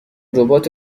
ربات